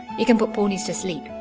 he can put ponies to sleep.